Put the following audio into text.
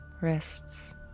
wrists